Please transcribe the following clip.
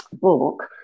book